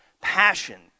passion